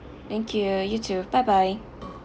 thank you you too bye bye